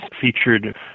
featured